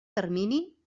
termini